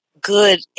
good